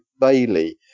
Bailey